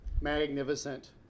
Magnificent